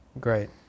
Great